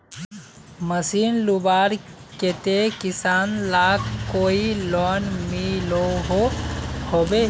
Machine लुबार केते किसान लाक कोई लोन मिलोहो होबे?